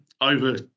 over